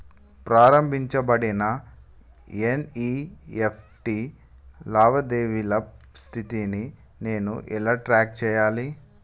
ప్రారంభించబడిన ఎన్.ఇ.ఎఫ్.టి లావాదేవీల స్థితిని నేను ఎలా ట్రాక్ చేయాలి?